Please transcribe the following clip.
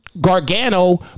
Gargano